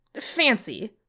fancy